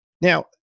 Now